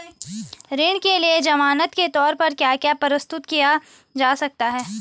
ऋण के लिए ज़मानात के तोर पर क्या क्या प्रस्तुत किया जा सकता है?